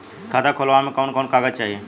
खाता खोलवावे में कवन कवन कागज चाही?